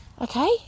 Okay